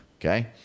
okay